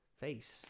face